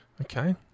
Okay